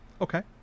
Okay